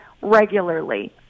regularly